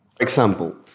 example